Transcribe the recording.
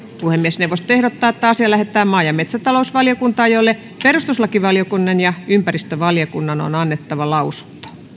puhemiesneuvosto ehdottaa että asia lähetetään maa ja metsätalousvaliokuntaan jolle perustuslakivaliokunnan ja ympäristövaliokunnan on annettava lausunto